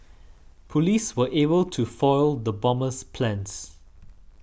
police were able to foil the bomber's plans